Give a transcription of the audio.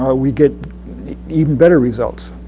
ah we get even better results.